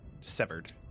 severed